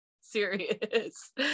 Serious